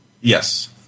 Yes